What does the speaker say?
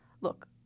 Look